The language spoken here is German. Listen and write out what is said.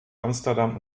amsterdam